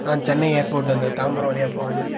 Chennai airport அந்த தாம்பரம் வழியாக போகுமில்ல